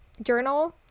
journal